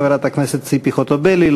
חברת הכנסת ציפי חוטובלי,